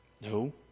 No